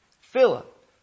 Philip